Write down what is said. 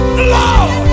Lord